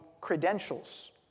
credentials